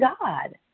God